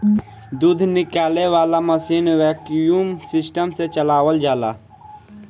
दूध निकाले वाला मशीन वैक्यूम सिस्टम से चलावल जाला